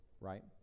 right